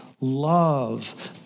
love